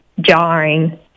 jarring